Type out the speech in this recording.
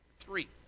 Three